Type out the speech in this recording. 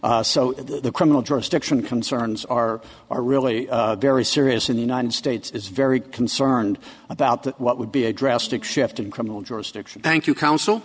so the criminal jurisdiction concerns are are really very serious in the united states is very concerned about what would be a drastic shift in criminal jurisdiction thank you counsel